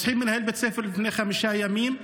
רוצחים מנהל בית ספר לפני חמישה ימים,